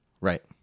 Right